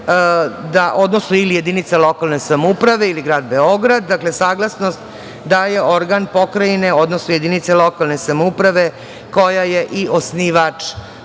AP Vojvodina ili jedinica lokalne samouprave ili grad Beograd, saglasnost daje organ pokrajine odnosno jedinice lokalne samouprave koja je i osnivač